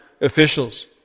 officials